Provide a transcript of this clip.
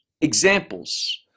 examples